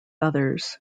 others